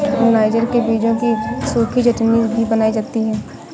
niger के बीजों की सूखी चटनी भी बनाई जाती है